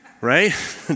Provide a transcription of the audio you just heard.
right